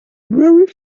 very